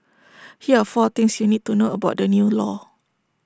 here are four things you need to know about the new law